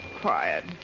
Quiet